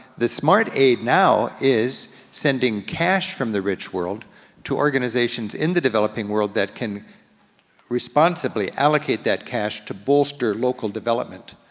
the smart aid now is sending cash from the rich world to organizations in the developing world that can responsibly allocate that cash to bolster local development.